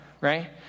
right